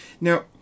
Now